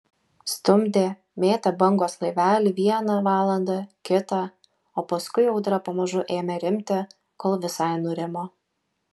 stumdė mėtė bangos laivelį vieną valandą kitą o paskui audra pamažu ėmė rimti kol visai nurimo